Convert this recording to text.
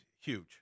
huge